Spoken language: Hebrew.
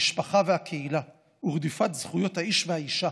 המשפחה והקהילה ורדיפת זכויות האיש והאישה,